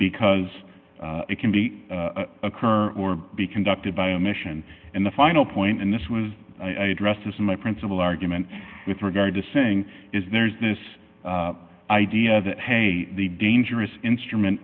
because it can be occur or be conducted by omission and the final point and this was addressed as in my principal argument with regard to saying is there's this idea that the dangerous instrument